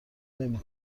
نمی